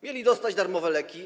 Mieli dostać darmowe leki.